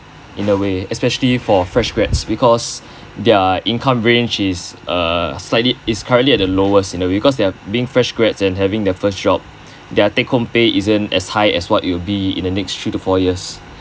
in a way especially for fresh grads because their income range is uh slightly is currently at the lowest in a way because they are being fresh grads and having their first job their take home pay isn't as high as what will be in the next three to four years